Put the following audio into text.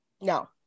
No